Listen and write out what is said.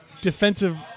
defensive